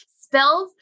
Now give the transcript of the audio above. spells